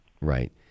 right